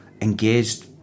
engaged